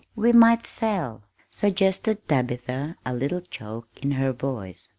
we might sell, suggested tabitha, a little choke in her voice.